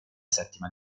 settima